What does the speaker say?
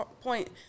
point